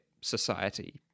society